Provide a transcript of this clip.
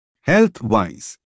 Health-wise